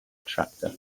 tractor